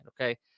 okay